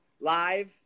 live